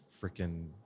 freaking